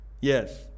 yes